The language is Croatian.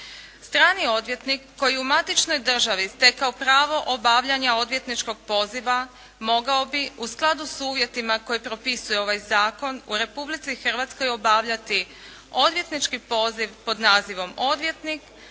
Strani odvjetnik koji je u matičnoj državi stekao pravo obavljanja odvjetničkog poziva, mogao bi u skladu s uvjetima koje propisuje ovaj zakon u Republici Hrvatskoj obavljati odvjetnički poziv pod nazivom odvjetnik,